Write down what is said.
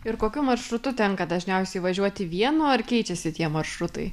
ir kokiu maršrutu tenka dažniausiai važiuoti vieno ar keičiasi tie maršrutai